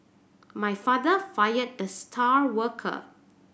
my father fired the star worker